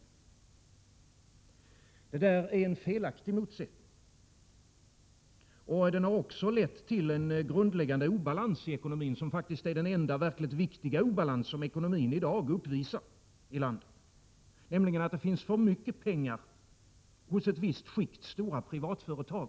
Det där är en felaktig motsättning. Den felsynen har också lett till en grundläggande obalans i ekonomin som faktiskt är den enda verkliga obalans som ekonomin i dag uppvisar, nämligen att det finns för mycket pengar hos 2 ett visst skikt stora privatföretag.